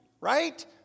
right